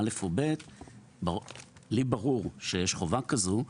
לי ברור שיש חובה כזו,